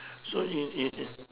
so in in in